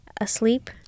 Asleep